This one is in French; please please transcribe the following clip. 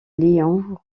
lyon